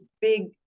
big